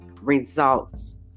results